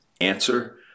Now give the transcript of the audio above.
Answer